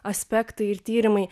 aspektai ir tyrimai